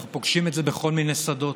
אנחנו פוגשים את זה בכל מיני שדות,